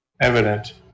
evident